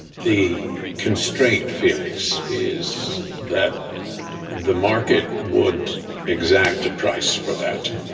the constraint, felix, is that the market would exact a price for that.